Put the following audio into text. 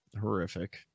horrific